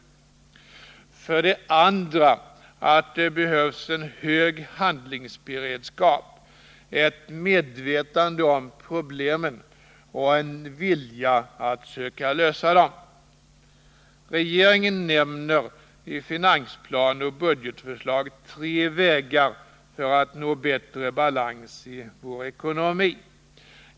För det andra att det behövs en hög handlingsberedskap, ett medvetande om problemen och en vilja att söka lösa dem. Regeringen nämner i finansplanen och budgetförslaget tre vägar för att nå bättre balans i vår ekonomi.